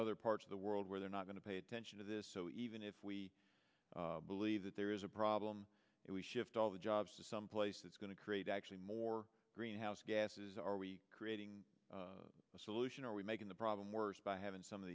other parts of the world where they're not going to pay attention to this so even if we believe that there is a problem if we shift all the jobs to some place that's going to create actually more greenhouse gases are we creating a solution or are we making the problem worse by having some of